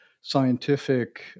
scientific